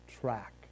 track